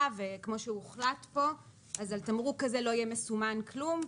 וכמו שהוחלט פה אז על תמרוק כזה לא יהיה מסומן כלום,